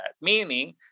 meaning